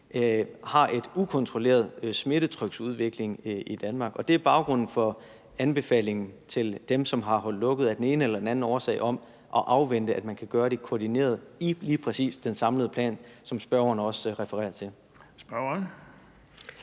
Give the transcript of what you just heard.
har en ukontrolleret smittetryksudvikling i Danmark. Og det er baggrunden for anbefalingen til dem, som har holdt lukket af den ene eller den anden årsag, om at afvente, at man kan gøre det koordineret efter lige præcis den samlede plan, som spørgeren også refererer til. Kl.